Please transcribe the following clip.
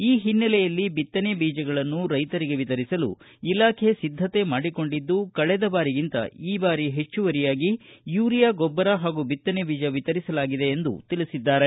ಈ ಹಿನ್ನೆಲೆಯಲ್ಲಿ ಬಿತ್ತನೆ ಬೀಜಗಳನ್ನು ರೈತರಿಗೆ ವಿತರಿಸಲು ಇಲಾಖೆ ಸಿದ್ಧತೆ ಮಾಡಿಕೊಂಡಿದ್ದು ಕಳೆದ ಬಾರಿಗಿಂತ ಈ ಬಾರಿ ಹೆಚ್ಚುವರಿಯಾಗಿ ಯೂರಿಯಾ ಗೊಬ್ಬರ ಹಾಗೂ ಬಿತ್ತನೆ ಬೀಜ ವಿತರಿಸಲಾಗಿದೆ ಎಂದು ತಿಳಿಸಿದ್ದಾರೆ